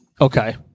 Okay